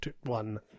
one